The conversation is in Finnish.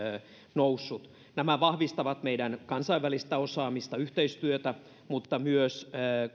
noussut nämä vahvistavat meidän kansainvälistä osaamistamme yhteistyötä mutta myös